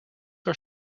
are